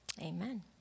Amen